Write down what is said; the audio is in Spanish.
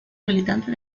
militante